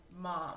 Mom